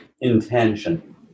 intention